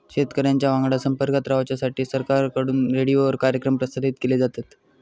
शेतकऱ्यांच्या वांगडा संपर्कात रवाच्यासाठी सरकारकडून रेडीओवर कार्यक्रम प्रसारित केले जातत